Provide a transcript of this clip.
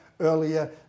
earlier